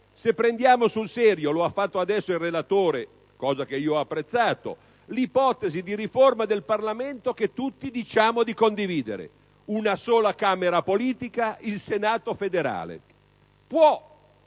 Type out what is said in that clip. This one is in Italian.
se prendiamo sul serio, come ha fatto adesso il relatore con un atteggiamento che io ho apprezzato, l'ipotesi di riforma del Parlamento che tutti diciamo di condividere: una sola Camera politica e il Senato federale.